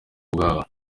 bwabo